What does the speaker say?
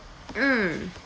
mm